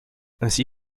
ainsi